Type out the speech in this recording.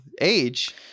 age